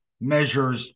measures